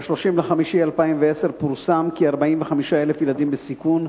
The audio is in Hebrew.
ב-31 במאי 2010 פורסם כי 45,000 ילדים בסיכון